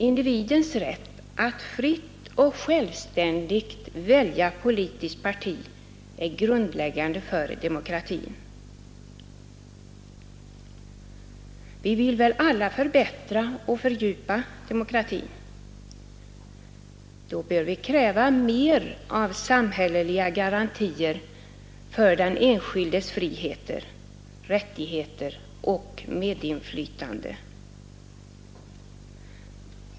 Individens rätt att fritt och självständigt välja politiskt parti är grundläggande för demokratin. Vi vill väl alla förbättra och fördjupa demokratin. Då bör vi kräva mer av samhälleliga garantier för den enskildes frihet, rättigheter och medinflytande.